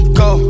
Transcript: go